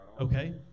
Okay